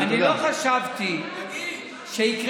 אני מדבר על כל המקרים בהצעת